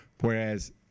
Whereas